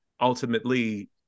Ultimately